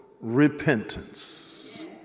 repentance